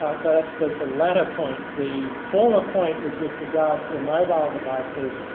so that's the latter point. the former point was with regard to mobile devices,